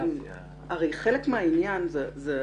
הרי חלק מהעניין זה הרתעה,